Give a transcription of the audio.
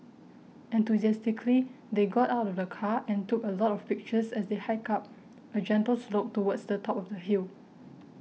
enthusiastically they got out of the car and took a lot of pictures as they hiked up a gentle slope towards the top of the hill